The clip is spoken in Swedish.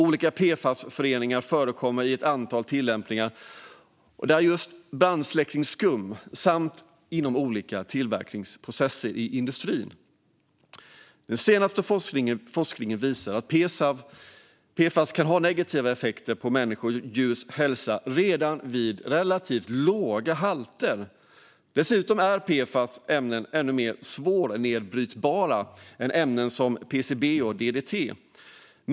Olika PFAS-föreningar förekommer i ett antal tillämpningar, däribland brandsläckningsskum och olika tillverkningsprocesser i industrin. Den senaste forskningen visar att PFAS kan ha negativa effekter på människors och djurs hälsa redan vid relativt låga halter. Dessutom är PFAS-ämnen ännu mer svårnedbrytbara än ämnen som PCB och DDT.